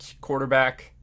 quarterback